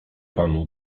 panu